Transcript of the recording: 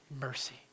mercy